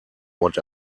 what